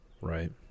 Right